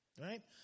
Right